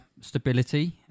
stability